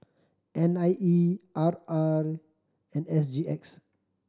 N I E I R and S G X